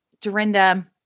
Dorinda